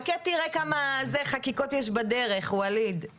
הגדולה ביותר מבחינת הממדים?